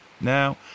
Now